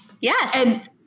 Yes